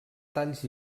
talls